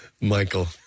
Michael